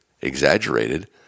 exaggerated